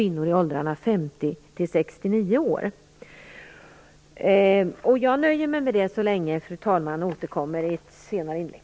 Fru talman! Jag nöjer mig med detta så länge och återkommer i ett senare inlägg.